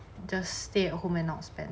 just stay at home and not spend